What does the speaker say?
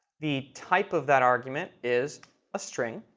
the type of that argument is a string.